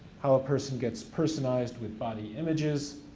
how a person gets personized with body images,